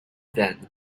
then